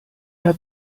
hat